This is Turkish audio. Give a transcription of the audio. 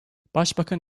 başbakan